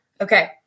Okay